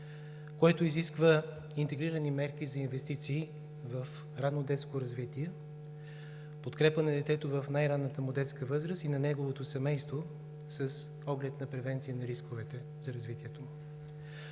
което изисква интегрирани мерки за инвестиции в ранно детско развитие, подкрепа на детето в най-ранната му детска възраст и на неговото семейство, с оглед на превенция на рисковете за развитието му.